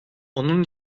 onun